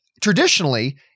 traditionally